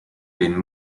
been